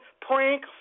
prank